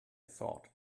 thought